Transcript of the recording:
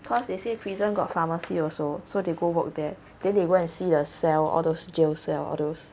cause they say prison got pharmacy also so they go work there then they go and see the cell all those jail cell all those